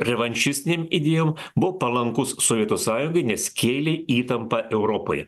revanšistinėm idėjom buvo palankus sovietų sąjungai nes kėlė įtampą europoje